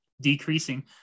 decreasing